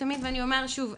גורם לרשויות להתכנס.